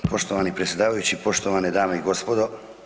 Poštovani predsjedavajući, poštovane dame i gospodo.